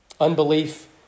Unbelief